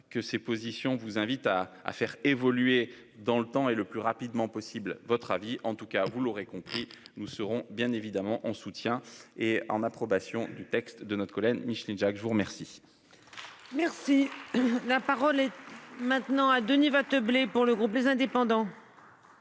Que ces positions vous invite à à faire évoluer dans le temps et le plus rapidement possible votre avis en tout cas vous l'aurez compris, nous serons bien évidemment en soutien et en approbation du texte de notre collègue Micheline Jacques je vous remercie. Merci la parole est. Non à Denis va te blé pour le groupe les indépendants.